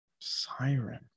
Siren